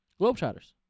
Globetrotters